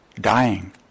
dying